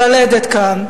ללדת כאן,